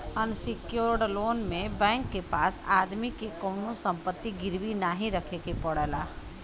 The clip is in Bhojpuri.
अनसिक्योर्ड लोन में बैंक के पास आदमी के कउनो संपत्ति गिरवी नाहीं रखे के पड़ला